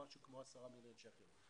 משהו כמו 10 מיליון שקלים.